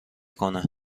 کنه